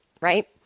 right